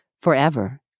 forever